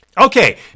Okay